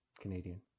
Canadian